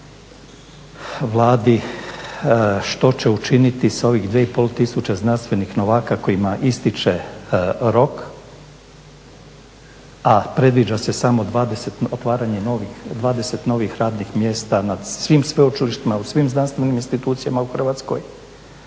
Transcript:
pitanje Vladi što će učiniti s ovih 2,5 tisuće znanstvenih novaka kojima ističe rok, a predviđa se samo otvaranje 20 novih radnih mjesta na svim sveučilištima u svim znanstvenim institucijama u Hrvatskoj.